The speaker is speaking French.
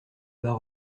bas